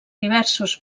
diversos